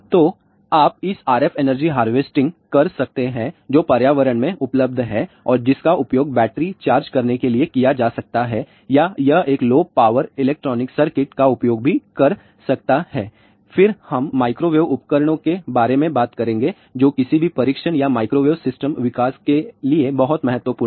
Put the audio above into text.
तो आप इस RF एनर्जी हार्वेस्टिंग कर सकते हैं जो पर्यावरण में उपलब्ध है और जिसका उपयोग बैटरी चार्ज करने के लिए किया जा सकता है या यह एक लो पावर इलेक्ट्रॉनिक सर्किट का उपयोग भी कर सकता है फिर हम माइक्रोवेव उपकरणों के बारे में बात करेंगे जो किसी भी परीक्षण या माइक्रोवेव सिस्टम विकास के लिए बहुत महत्वपूर्ण हैं